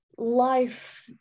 Life